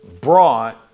brought